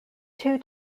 two